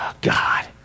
God